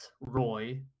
Roy